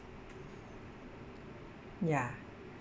ya